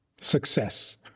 Success